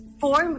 four